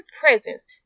presence